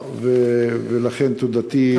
ולכן תודתי למשרד.